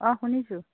অঁ শুনিছোঁ